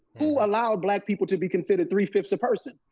who allowed black people to be considered three-fifths a person?